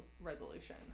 resolution